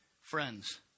friends